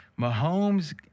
Mahomes